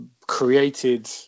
created